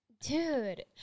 dude